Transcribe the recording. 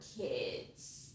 kids